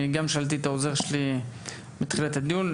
אני גם שאלתי את העוזר שלי בתחילת הדיון.